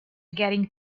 getting